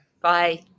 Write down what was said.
Bye